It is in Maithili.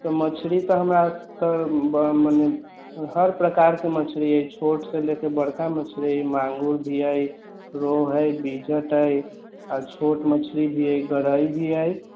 तऽ मछरी तऽ हमरा एतऽ मने हर प्रकारके मछरी अछि छोट से लऽके बड़का मछरी मांगुर भी अछि रहु हइ बिझट हइ छोट मछरी भी हइ गरइ भी हइ